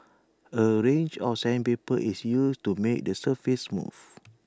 A range of sandpaper is used to make the surface smooth